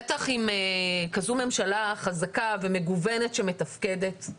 בטח עם כזו ממשלה חזקה ומגוונת שמתפקדת.